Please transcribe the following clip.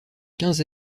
quinze